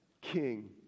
king